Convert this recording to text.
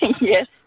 Yes